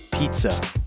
Pizza